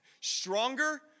stronger